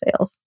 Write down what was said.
sales